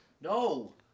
No